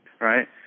right